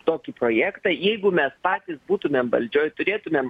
tokį projektą jeigu mes patys būtumėm valdžioj turėtumėm